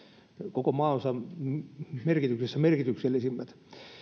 koko maanosan merkityksessä merkityksellisimmät